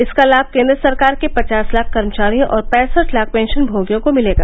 इसका लाभ केन्द्र सरकार के पचास लाख कर्मचारियों और पैंसठ लाख पेंशन भोगियों को मिलेगा